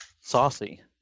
Saucy